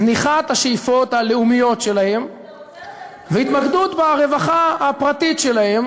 תוך זניחת השאיפות הלאומיות שלהם והתמקדות ברווחה הפרטית שלהם,